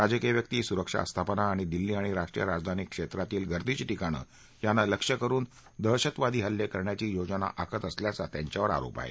राजकीय व्यक्ती सुरक्षा आस्थापना आणि दिल्ली आणि राष्ट्रीय राजधानी क्षेत्रातली गर्दीची ठिकाणं यांना लक्ष्य करून दहशतवादी हल्ले करण्याची योजना आखत असल्याचा त्यांच्यावर आरोप आहे